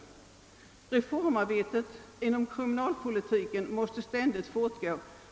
Vi är alla överens om att reformarbetet inom kriminalpolitiken ständigt måste fortgå.